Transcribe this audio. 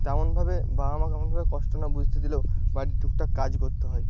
তেমনভাবে বাবা মা তেমনভাবে কষ্ট না বুঝতে দিলেও বাড়ির টুকটাক কাজ করতে হয়